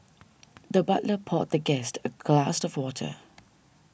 the butler poured the guest a glass of water